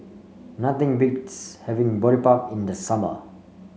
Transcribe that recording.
nothing beats having Boribap in the summer